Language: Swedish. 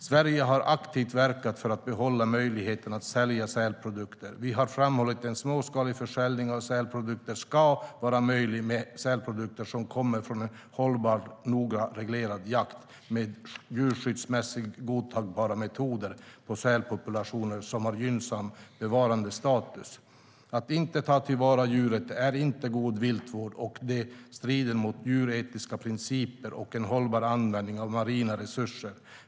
Sverige har aktivt verkat för att behålla möjligheten att sälja sälprodukter. Vi har framhållit att en småskalig försäljning av sälprodukter ska vara möjlig med sälprodukter som kommer från en hållbar och noga reglerad jakt med djurskyddsmässigt godtagbara metoder på sälpopulationer som har gynnsam bevarandestatus. Att inte ta till vara djuret är inte god viltvård, och det strider mot djuretiska principer och en hållbar användning av marina resurser.